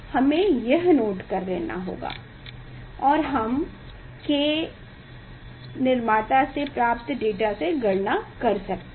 हमें ये भी नोट करना होगा और K हम निर्मांता से प्राप्त डेटा से गणना कर सकते हैं